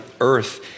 earth